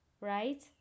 right